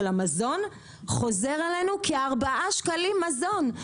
המזון חוזר אלינו כארבעה שקלים מזון,